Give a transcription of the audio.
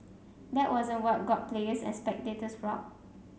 that wasn't what got players and spectators riled